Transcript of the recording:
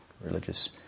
religious